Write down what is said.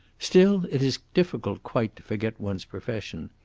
still it is difficult quite to forget one's profession.